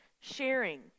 sharing